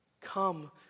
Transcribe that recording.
Come